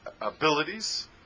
abilities